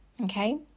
Okay